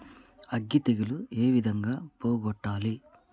అగ్గి తెగులు ఏ విధంగా పోగొట్టాలి?